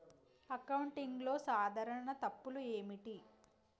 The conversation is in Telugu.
అకౌంటింగ్లో సాధారణ తప్పులు ఏమిటి?